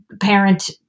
parent